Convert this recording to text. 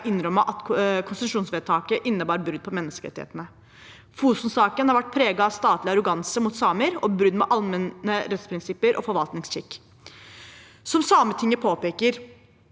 innrømmet at konsesjonsvedtaket innebar brudd på menneskerettighetene. Fosen-saken har vært preget av statlig arroganse mot samer og brudd med allmenne rettsprinsipper og forvaltningsskikk. Som Sametinget påpeker,